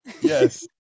Yes